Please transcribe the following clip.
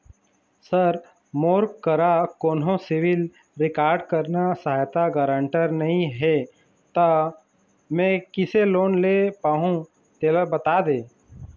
sir मोर करा कोन्हो सिविल रिकॉर्ड करना सहायता गारंटर नई हे ता मे किसे लोन ले पाहुं तेला बता दे